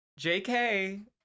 JK